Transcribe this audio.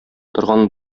торган